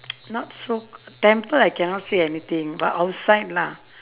not so temple I cannot say anything but outside lah